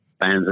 fans